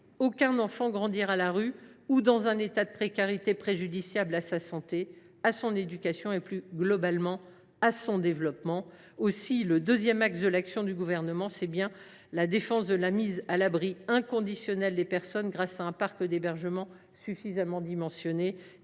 aucun enfant grandir à la rue ou dans un état de précarité préjudiciable à sa santé, à son éducation et, plus globalement, à son développement. Aussi, le deuxième axe de l’action du Gouvernement consiste à garantir la mise à l’abri inconditionnelle des personnes grâce à un parc d’hébergement suffisamment étendu